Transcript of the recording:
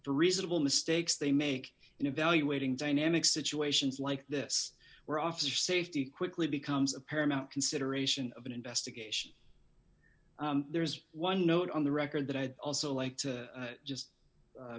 reasonable mistakes they make in evaluating dynamic situations like this where officer safety quickly becomes the paramount consideration of an investigation there is one note on the record that i'd also like to just